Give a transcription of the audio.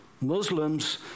Muslims